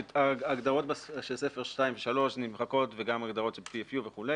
הגדרות של ספר 2 ו-3 נמחקות וגם ההגדרות של PFU ו-MPN.